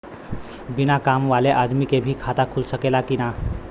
बिना काम वाले आदमी के भी खाता खुल सकेला की ना?